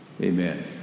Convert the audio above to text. Amen